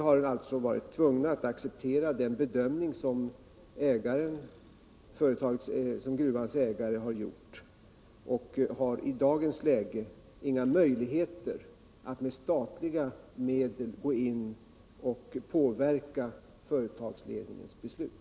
Därtör har vi varit tvungna att acceptera den bedömning som gruvans ägare har gjort. Vi har i dagens läge inga möjligheter att med statliga medel gå in och påverka företagsledningens beslut.